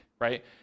right